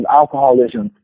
alcoholism